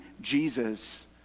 Jesus